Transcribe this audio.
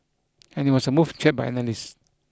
and it was a move cheered by analysts